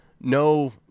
no